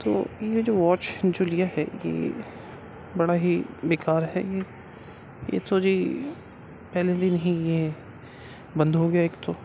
تو یہ جو واچ جو لیے تھے کہ بڑا ہی بیکار ہے یہ تو جی پہلے ہی دن یہ بند ہو گیا ایک تو